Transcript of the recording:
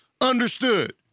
Understood